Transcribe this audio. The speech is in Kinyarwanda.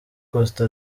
costa